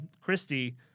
Christie